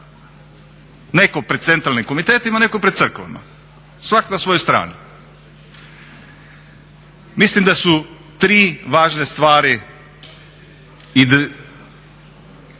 Neko pred centralnim komitetima nekog pred crkvama, svako na svojoj strani. Mislim da su tri važne stvari koje